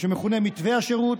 מה שמכונה מתווה השירות,